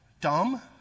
Dumb